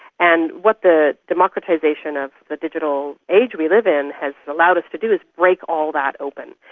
and what the democratisation of the digital age we live in has allowed us to do is break all that open.